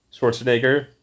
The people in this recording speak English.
Schwarzenegger